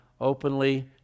openly